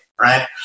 right